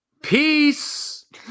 Peace